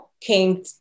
came